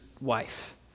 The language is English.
wife